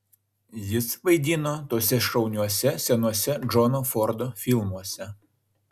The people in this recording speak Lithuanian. jis vaidino tuose šauniuose senuose džono fordo filmuose